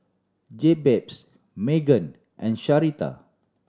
Jabez Magen and Sharita